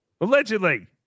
Allegedly